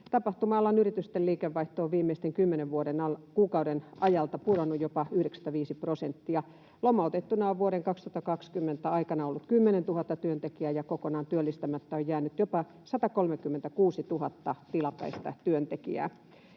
Tapahtuma-alan yritysten liikevaihto on viimeisten kymmenen kuukauden ajalta pudonnut jopa 95 prosenttia. Lomautettuna on vuoden 2020 aikana ollut 10 000 työntekijää ja kokonaan työllistämättä on jäänyt jopa 136 000 tilapäistä työntekijää.